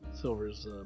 Silver's